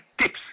tips